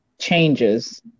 changes